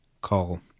call